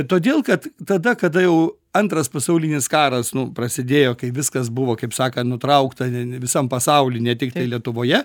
todėl kad tada kada jau antras pasaulinis karas nu prasidėjo kai viskas buvo kaip sakant nutraukta visam pasauly ne tiktai lietuvoje